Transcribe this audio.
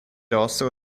also